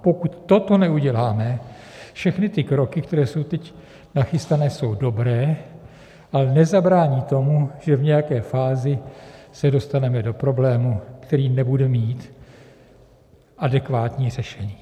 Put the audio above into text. Pokud toto neuděláme, všechny ty kroky, které jsou teď nachystané, jsou dobré, ale nezabrání tomu, že v nějaké fázi se dostaneme do problému, který nebude mít adekvátní řešení.